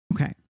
Okay